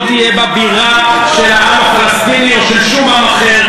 לא תהיה בה בירה של העם הפלסטיני או של שום עם אחר.